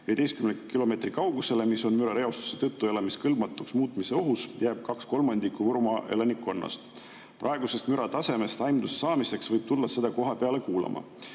15 km kaugusele, mis mürareostuse tõttu elamiskõlbmatuks muutmise ohus, jääb 2/3 Võrumaa elanikkonnast. Praegusest müratasemest aimduse saamiseks võib tulla seda kohapeale kuulama.